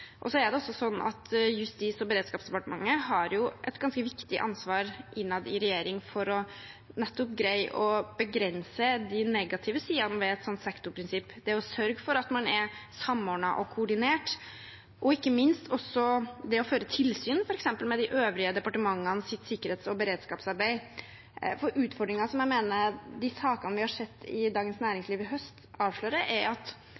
er også sånn at Justis- og beredskapsdepartementet har et ganske viktig ansvar innad i regjeringen for nettopp å greie å begrense de negative sidene ved et sånt sektorprinsipp – det å sørge for at man er samordnet og koordinert, og ikke minst også det å føre tilsyn med f.eks. de øvrige departementenes sikkerhets- og beredskapsarbeid. For utfordringen som jeg mener de sakene vi har sett i Dagens Næringsliv i høst, avslører, er